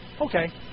Okay